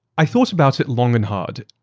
i thought about it long and hard.